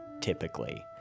typically